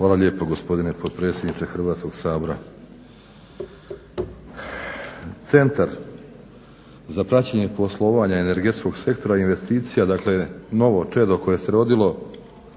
Hvala lijepo gospodine potpredsjedniče Hrvatskog sabora. Centar za praćenje poslovanja energetskog sektora i investicija, dakle novo čedo koje se rodilo